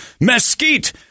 mesquite